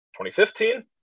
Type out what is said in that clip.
2015